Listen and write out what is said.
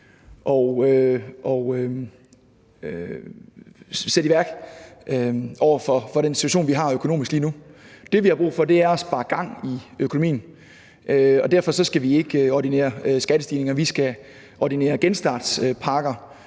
at sætte i værk over for den situation, vi har økonomisk lige nu. Det, vi har brug for, er at sparke gang i økonomien, og derfor skal vi ikke ordinere skattestigninger, men vi skal ordinere genstartspakker;